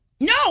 No